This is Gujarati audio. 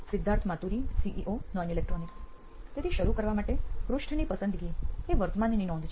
સિદ્ધાર્થ માતુરી સીઇઓ નોઇન ઇલેક્ટ્રોનિક્સ તેથી શરૂ કરવા માટે પૃષ્ઠની પસંદગી એ વર્તમાનની નોંધ છે